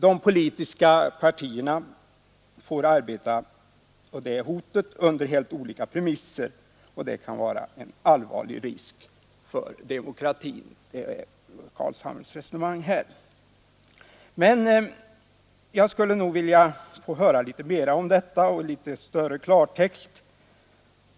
De politiska partierna får arbeta under helt olika premisser, och det innebär en allvarlig risk för demokratin — det är herr Carlshamres resonemang här. Men jag skulle vilja höra litet mer om detta, i klartext.